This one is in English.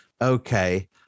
Okay